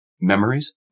Memories